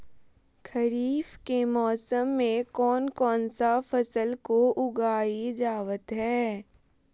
खरीफ के मौसम में कौन कौन सा फसल को उगाई जावत हैं?